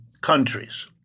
countries